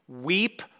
weep